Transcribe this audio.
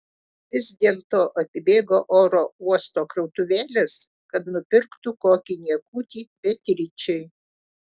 vis dėlto apibėgo oro uosto krautuvėles kad nupirktų kokį niekutį beatričei